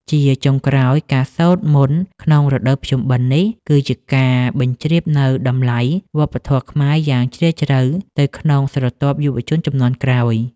ជាចុងក្រោយ ការសូត្រមន្តក្នុងរដូវភ្ជុំបិណ្ឌនេះ គឺជាការបញ្ជ្រាបនូវតម្លៃវប្បធម៌ខ្មែរយ៉ាងជ្រាលជ្រៅទៅក្នុងស្រទាប់យុវជនជំនាន់ក្រោយ។